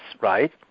right